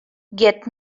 get